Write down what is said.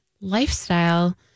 lifestyle